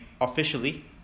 Officially